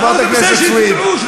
חברת הכנסת סויד.